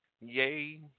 yay